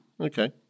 Okay